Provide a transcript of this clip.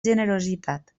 generositat